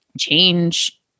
change